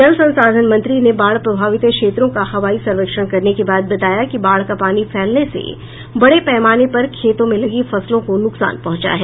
जल संसाधन मंत्री ने बाढ़ प्रभावित क्षेत्रों का हवाई सर्वेक्षण करने के बाद बताया कि बाढ़ का पानी फैलने से बड़े पैमाने पर खेतों में लगी फसलों को नुकसान पहुंचा है